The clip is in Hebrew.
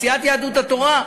סיעת יהדות התורה,